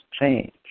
change